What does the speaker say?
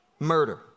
murder